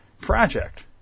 project